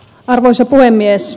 arvoisa puhemies